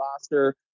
roster